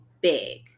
big